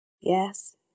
Yes